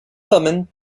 thummim